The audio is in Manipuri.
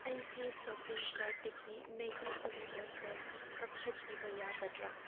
ꯑꯩꯒꯤ ꯁꯣꯞꯄꯤꯡ ꯀꯥꯔ꯭ꯗꯇꯒꯤ ꯃꯦꯒꯤ ꯇꯣꯃꯦꯇꯣ ꯁꯣꯁ ꯀꯛꯊꯠꯄꯤꯕ ꯌꯥꯒꯗ꯭ꯔꯥ